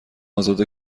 ازاده